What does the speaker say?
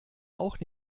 auch